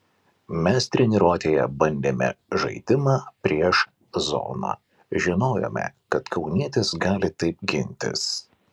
mes treniruotėje bandėme žaidimą prieš zoną žinojome kad kaunietės gali taip gintis